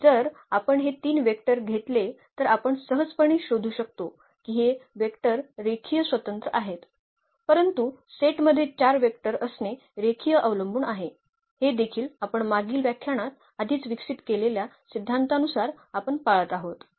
आणि जर आपण हे 3 वेक्टर घेतले तर आपण सहजपणे शोधू शकतो की हे वेक्टर रेखीय स्वतंत्र आहेत परंतु सेटमध्ये 4 वेक्टर असणे रेखीय अवलंबून आहे हे देखील आपण मागील व्याख्यानात आधीच विकसित केलेल्या सिद्धांतानुसार आपण पाळत आहोत